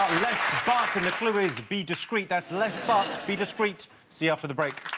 less barking the clue is be discreet that's less but be discreet see after the break